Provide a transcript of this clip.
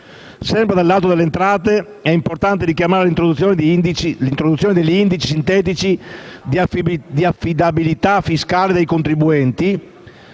Sempre dal lato delle entrate, è importante richiamare l'introduzione di indici sintetici di affidabilità fiscale dei contribuenti,